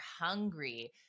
hungry